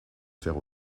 faire